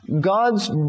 God's